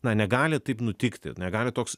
na negali taip nutikti negali toks